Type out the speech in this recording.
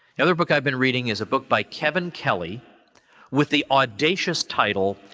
the other book i've been reading is a book by kevin kelly with the audacious title,